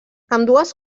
ambdues